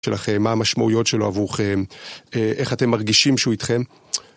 מה המשמעויות שלו עבורכם, איך אתם מרגישים שהוא איתכם?